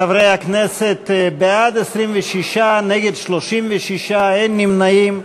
חברי הכנסת, בעד, 26, נגד, 36, אין נמנעים.